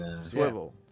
swivel